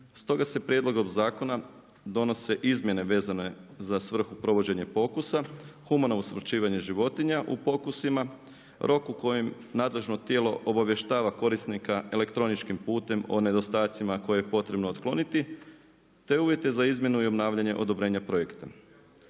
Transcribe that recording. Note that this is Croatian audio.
Stoga se prijedlog ovog zakona donosi izmjene vezane za svrhu provođenje pokusa, humano usmrćivanje u pokusima, rok u kojem nadležno tijelo obavještava korisnika elektroničkim putem o nedostacima koje je potrebno otkloniti, te uvijete za izmjenu i obnavljanje odobrenje projekta.